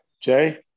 Jay